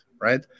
right